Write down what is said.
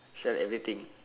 sell everything